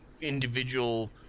individual